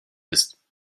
ist